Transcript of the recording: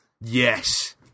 yes